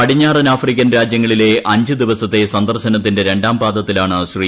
പടിഞ്ഞാറൻ ആഫ്രിക്കൻ രാജ്യങ്ങളിലെ അഞ്ച് ദിവസത്തെ സന്ദർശനത്തിന്റെ രണ്ടാം പാദത്തിലാണ് ശ്രീ